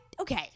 Okay